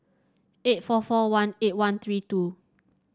eight four four one eight one three two